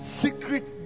secret